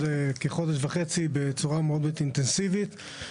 זה כחודש וחצי בצורה מאוד אינטנסיבית.